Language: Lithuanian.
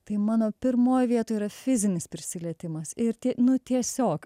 tai mano pirmoj vietoj yra fizinis prisilietimas ir tie nu tiesiog